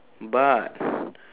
but